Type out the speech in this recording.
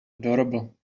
adorable